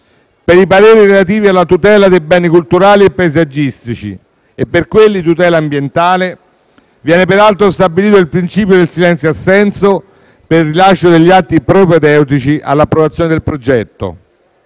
per i pareri relativi alla tutela di beni culturali e paesaggistici e per quelli di tutela ambientale viene peraltro stabilito il principio del silenzio-assenso per il rilascio degli atti propedeutici all'approvazione del progetto;